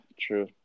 true